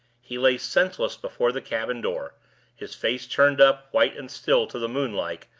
he lay senseless before the cabin door his face turned up, white and still, to the moonlight,